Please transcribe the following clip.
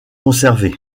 conservé